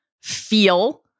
feel